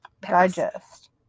digest